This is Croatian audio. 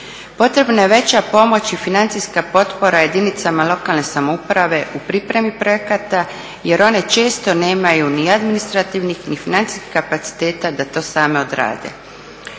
Potrebna je veća pomoć i financijska potpora jedinicama lokalne samouprave u pripremi projekata jer one četo nemaju ni administrativnih ni financijskih kapaciteta da to same odrade.